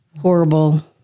horrible